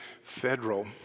federal